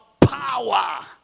power